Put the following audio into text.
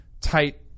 tight